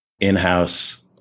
in-house